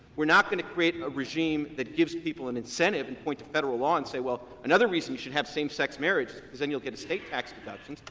we're not going to create a regime that gives people an incentive and point to federal law and say, well, another reason you should have same-sex marriage is because then you'll get a state tax deduction.